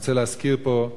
אני רוצה להזכיר פה,